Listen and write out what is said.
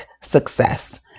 success